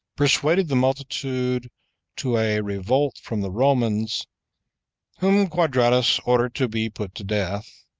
persuaded the multitude to a revolt from the romans whom quadratus ordered to be put to death